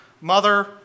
mother